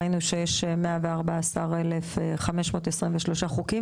ראינו שיש 114,523 חוקיים.